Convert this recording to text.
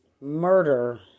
Murder